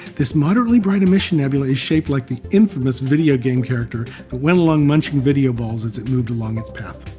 this moderately bright emission nebula is shaped like the infamous video game character that ah went along munching video balls as it moved along its path.